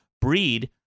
breed